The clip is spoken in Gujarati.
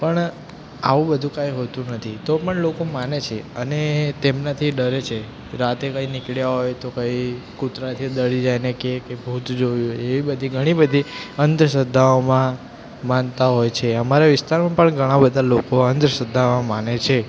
પણ આવું બધું કંઈ હોતું નથી તો પણ લોકો માને છે અને તેમનાથી ડરે છે રાતે કંઇ નીકળ્યા હોય તો કંઇ કૂતરાથી ડરી જાય અને કહે કે ભૂત જોયું એવી બધી ઘણી બધી અંધશ્રદ્ધાઓમાં માનતા હોય છે અમારા વિસ્તારમાં પણ ઘણા બધા લોકો અંધશ્રદ્ધામાં માને છે